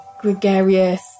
gregarious